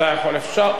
אתה לא צריך